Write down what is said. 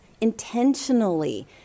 intentionally